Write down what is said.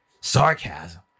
Sarcasm